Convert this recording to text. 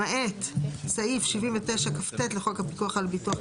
למעט סעיף 79כט לחוק הפיקוח על הביטוח,